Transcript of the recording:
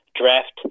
draft